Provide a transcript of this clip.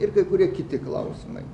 ir kai kurie kiti klausimai